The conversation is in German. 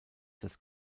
des